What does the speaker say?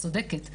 את צודקת.